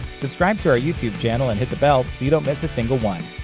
subscribe to our youtube channel and hit the bell so you don't miss a single one.